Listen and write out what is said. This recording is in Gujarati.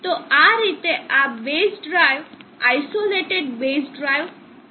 તો આ રીતે આ base drive isolated base drive કામ કરશે